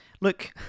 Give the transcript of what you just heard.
Look